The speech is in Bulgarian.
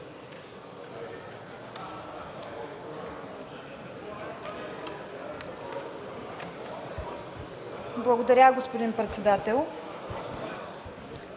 Благодаря, господин Председател.